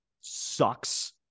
sucks